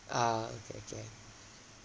ah okay okay